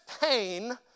pain